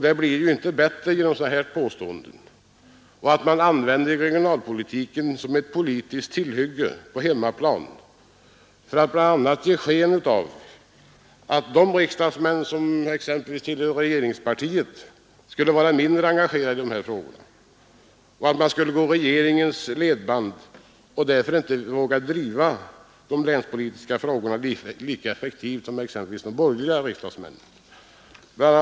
Det blir ju inte bättre genom sådana här påståenden, när man använder regionalpolitiken som ett politiskt tillhygge på hemmaplan för att bl.a. ge sken av att de riksdagsmän som tillhör regeringspartiet skulle vara mindre engagerade i dessa frågor, att de skulle gå ”i regeringens ledband” och därför inte våga driva de länspolitiska frågorna lika effektivt som exempelvis de borgerliga riksdagsmännen. BI.